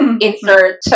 insert